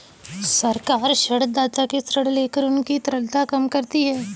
सरकार ऋणदाता से ऋण लेकर उनकी तरलता कम करती है